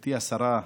גברתי השרה,